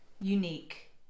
unique